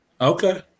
Okay